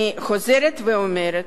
אני חוזרת ואומרת,